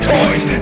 Toys